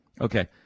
Okay